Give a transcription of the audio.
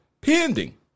pending